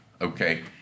okay